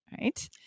Right